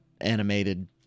animated